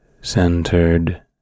centered